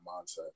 mindset